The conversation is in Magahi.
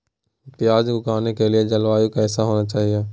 प्याज उगाने के लिए जलवायु कैसा होना चाहिए?